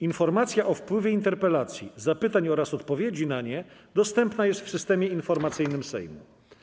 Informacja o wpływie interpelacji, zapytań oraz odpowiedzi na nie dostępna jest w Systemie Informacyjnym Sejmu.